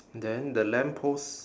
then the lamppost